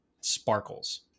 Sparkles